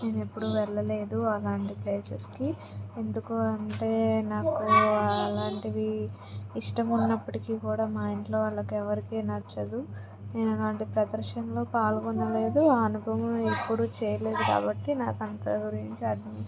నేను ఎప్పు ఎప్పుడు వెళ్ళలేదు అలాంటి ప్లేసెస్కి ఎందుకు అంటే నాకు అలాంటివి ఇష్టము ఉన్నప్పటికి కూడా మా ఇంట్లో వాళ్ళకి ఎవరికి నచ్చదు నేను అలాంటి ప్రదర్శనలు పాల్గొనలేదు ఆ అనుభవం ఎప్పుడు చేయలేదు కాబట్టి నాకు అంత గురించి